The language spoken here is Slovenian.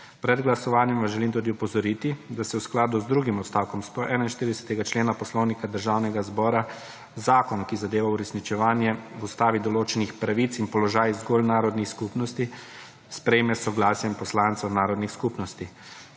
Pred glasovanjem vas želim tudi opozoriti, da se v skladu z drugim odstavkom 141. člena Poslovnika Državnega zbora zakon, ki zadeva uresničevanje v ustavi določenih pravic in položaj zgolj narodnih skupnosti, sprejme s soglasjem poslancev narodnih skupnosti.